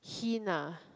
hint ah